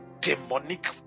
demonic